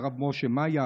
הרב משה מאיה,